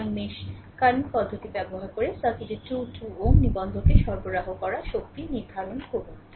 সুতরাং mesh current পদ্ধতি ব্যবহার করে সার্কিটের 2 2 Ω নিবন্ধকে সরবরাহ করা শক্তি নির্ধারণ করুন